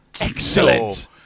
Excellent